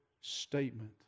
statement